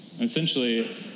essentially